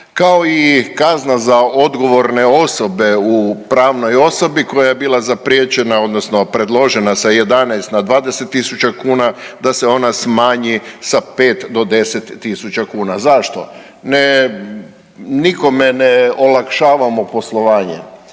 kao i kazna za odgovorne osobe u pravnoj osobi koja je bila zapriječena, odnosno predložena sa 11 na 20 000 kuna, da se ona smanji sa 5 do 10 000 kuna. Zašto? Nikome ne olakšavamo poslovanje,